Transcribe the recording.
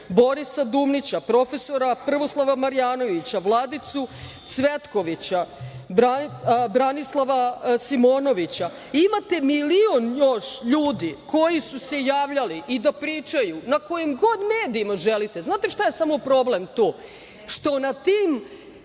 Borisa Dumlića, prof. Prvoslava Marjanovića, Vladicu Cvetkovića, Branislava Simonovića. Imate milion još ljudi koji su se javljali i da pričaju na kojim god medijima želite i da li znate šta je samo problem tu? Što na tim